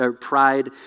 pride